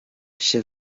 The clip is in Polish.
się